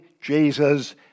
Jesus